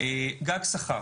גג שכר